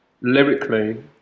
Lyrically